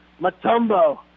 Matumbo